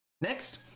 Next